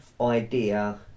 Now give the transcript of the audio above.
idea